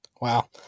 Wow